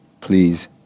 please